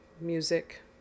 music